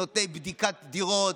נותני בדיקת דירות,